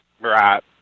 Right